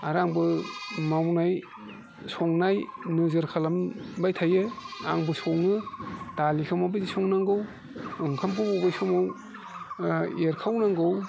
आरो आंबो मावनाय संनाय नोजोर खालामबाय थायो आंबो सङो दालिखौ माबायदि संनांगौ ओंखामखौ बबे समाव एरखावनांगौ